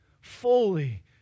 fully